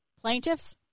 plaintiffs